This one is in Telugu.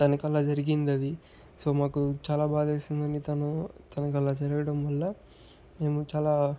తనకలా జరిగిందది సో మాకు చాలా బాధేసిందండి తను తనకలా జరగడం వల్ల మేము చాలా